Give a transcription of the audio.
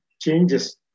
changes